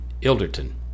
Ilderton